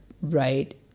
right